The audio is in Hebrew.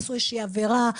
עשו איזושהי עבירה,